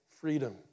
freedom